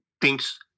thinks